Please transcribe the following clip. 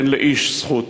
ואין לאיש זכות,